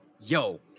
yo